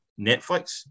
Netflix